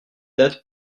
dates